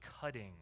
cutting